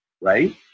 right